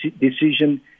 decision